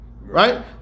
Right